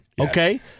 Okay